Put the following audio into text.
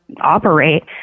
operate